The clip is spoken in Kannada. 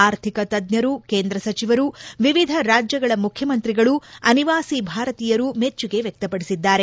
ಆರ್ಥಿಕ ತಜ್ಞರು ಕೇಂದ್ರ ಸಚಿವರು ವಿವಿಧ ರಾಜ್ಯಗಳ ಮುಖ್ಯಮಂತ್ರಿಗಳು ಅನಿವಾಸಿ ಭಾರತೀಯರು ಮೆಚ್ಚುಗೆ ವ್ಯಕ್ತಪಡಿಸಿದ್ದಾರೆ